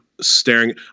staring